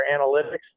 analytics